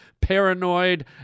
paranoid